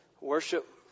worship